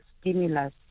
stimulus